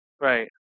Right